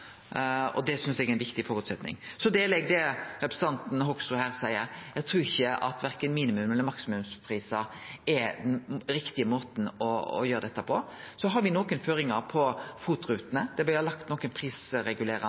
Det synest eg er ein viktig føresetnad. Når det gjeld det representanten Hoksrud seier, trur eg at verken minimums- eller maksimumsprisar er den riktige måten å gjere dette på. Me har nokre føringar for FOT-rutene, der me har lagt